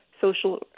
social